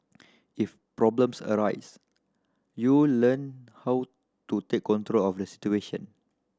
if problems arise you learn how to take control of the situation